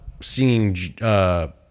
seeing